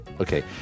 Okay